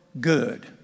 good